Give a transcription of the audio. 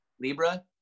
Libra